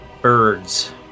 Birds